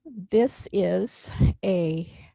this is a,